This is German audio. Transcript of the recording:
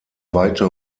weite